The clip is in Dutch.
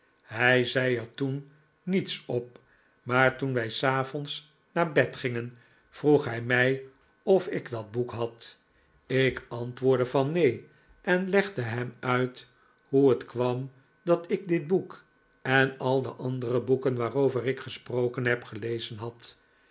hij zei er toen niets op maar toen wij s avonds naar bed gingen vroeg hij mij of ik dat bo ek had ik antwoordde van neen en legde hem uit hoe het kwam dat ik dit boek en al de andere boeken waarover ik gesproken heb gelezen had